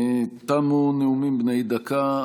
תמו הנאומים בני דקה.